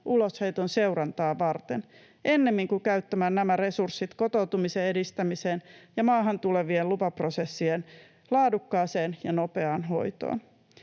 ulosheiton seurantaa varten ennemmin kuin käyttämään nämä resurssit kotoutumisen edistämiseen ja maahan tulevien lupaprosessien laadukkaaseen ja nopeaan hoitoon.